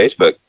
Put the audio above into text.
Facebook